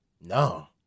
No